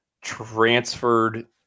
transferred